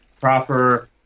proper